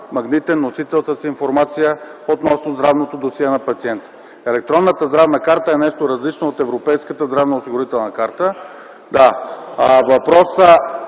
магнитен носител с информация относно здравното досие на пациента. Електронната здравна карта е нещо различно от европейската здравноосигурителна карта.